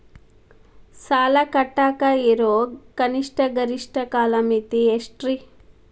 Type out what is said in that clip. ಸಾಲ ಕಟ್ಟಾಕ ಇರೋ ಕನಿಷ್ಟ, ಗರಿಷ್ಠ ಕಾಲಮಿತಿ ಎಷ್ಟ್ರಿ?